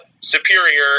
superior